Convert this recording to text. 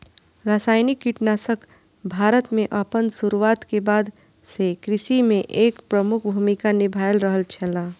रासायनिक कीटनाशक भारत में आपन शुरुआत के बाद से कृषि में एक प्रमुख भूमिका निभाय रहल छला